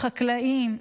החקלאים,